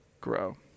grow